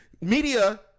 media